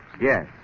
Yes